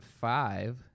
five